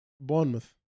Bournemouth